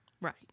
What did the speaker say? right